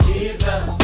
Jesus